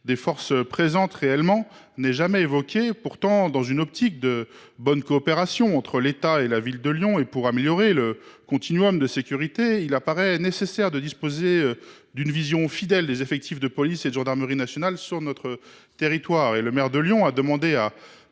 des forces présentes réellement n’est jamais évoqué. Pourtant, dans une optique de bonne coopération entre l’État et la ville de Lyon, et pour améliorer le continuum de sécurité, il semble nécessaire de disposer d’une vision fidèle des effectifs de police et de gendarmerie nationales sur notre territoire. Le maire de Lyon a demandé à